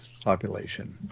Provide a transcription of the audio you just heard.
population